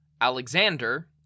Alexander